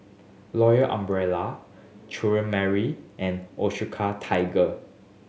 Royal Umbrella Mary and Osuka Tiger